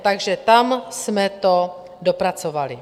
Takže tam jsme to dopracovali.